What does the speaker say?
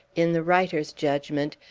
in the writer's judgment,